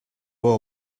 war